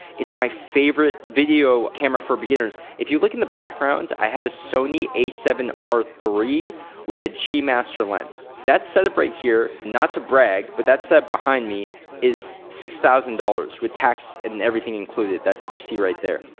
it's my favorite video camera for beginners. if you look in the background, i have a sony a seven r three with a g master lens. that set up right here not to brag, but that setup behind me is six thousand dollars with tax and everything included that you see right there.